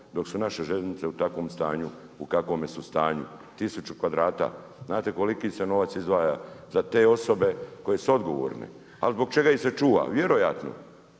dok su naše željeznice u takvom stanju u kakvome su stanju. Tisuću kvadrata, znate koliki novac izdvaja za te osobe koje su odgovorne. Ali zbog čega ih se čuva? Vjerojatno